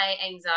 anxiety